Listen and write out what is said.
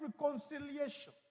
reconciliation